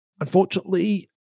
unfortunately